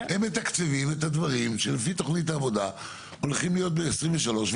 הם מתקצבים את הדברים שלפי תוכנית העבודה הולכים להיות ב-2024-2023.